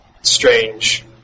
strange